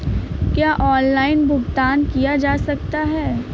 क्या ऑनलाइन भुगतान किया जा सकता है?